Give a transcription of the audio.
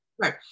Right